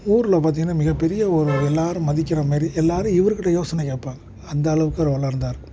ஊரில் பார்த்தீங்கனா மிகப்பெரிய ஒரு எல்லாேரும் மதிக்கிற மாதிரி எல்லாேரும் இவர்க் கிட்டே யோசனை கேட்பாங்க அந்தளவுக்கு அவர் வளர்ந்தார்